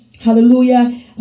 Hallelujah